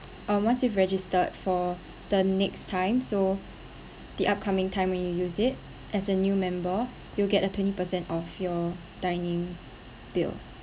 um once you've registered for the next time so the upcoming time when you use it as a new member you'll get a twenty percent of your dining bill